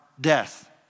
death